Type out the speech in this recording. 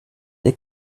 they